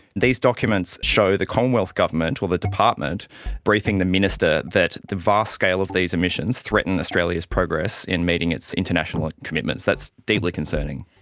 these documents show the commonwealth government or the department briefing the minister that the vast scale of these emissions threaten australia's progress in meeting its international commitments. that's deeply concerning.